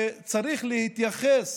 וצריך להתייחס